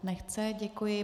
Nechce, děkuji.